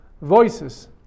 voices